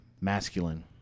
masculine